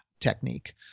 technique